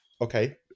Okay